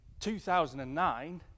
2009